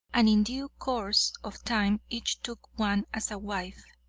and in due course of time each took one as a wife.